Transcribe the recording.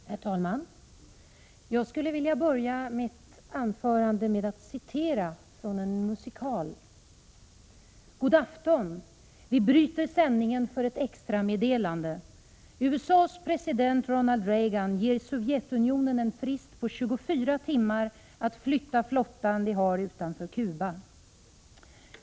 Herr talman! Jag skulle vilja börja mitt anförande med att citera från en musikal: ”Godafton. Vi bryter sändningen för ett extrameddelande. USAs president Ronald Reagan ger Sovjetunionen en frist på 24 timmar att flytta flottan de har utanför Kuba.